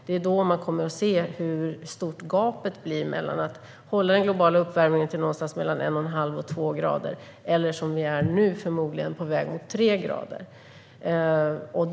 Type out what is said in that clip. Det är då man kommer att se hur stort gapet blir mellan att hålla den globala uppvärmningen någonstans mellan en och en halv och två grader och, som vi förmodligen är på väg mot nu, tre grader.